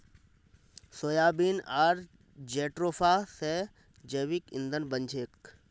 soybean आर jatropha स जैविक ईंधन बन छेक